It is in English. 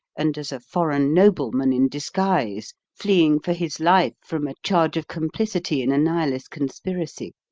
and as a foreign nobleman in disguise, fleeing for his life from a charge of complicity in a nihilist conspiracy